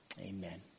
Amen